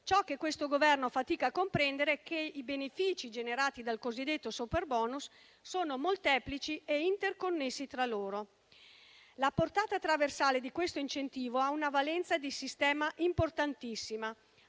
Questo Governo fatica a comprendere che i benefici generati dal cosiddetto superbonus sono molteplici e interconnessi tra loro. La portata trasversale di questo incentivo ha una valenza di sistema importantissima.